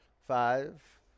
five